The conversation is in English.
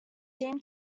seem